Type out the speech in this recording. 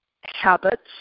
habits